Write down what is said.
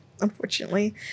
unfortunately